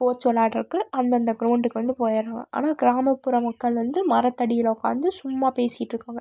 sports விளாடறக்கு அந்தந்த க்ரௌண்ட்டுக்கு வந்து போயிடுறோம் ஆனால் கிராமப்புற மக்கள் வந்து மரத்தடியில் உட்காந்து சும்மா பேசிக்கிட்டுருக்காங்க